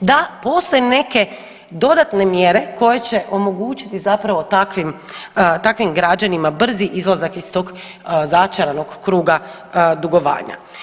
da postoje neke dodatne mjere koje će omogućiti zapravo takvim, takvim građanima brzi izlazak iz tog začaranog kruga dugovanja.